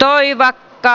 toivakka